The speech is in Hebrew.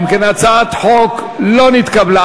אם כן, הצעת החוק לא נתקבלה.